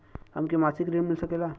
हमके मासिक ऋण मिल सकेला?